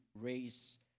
raise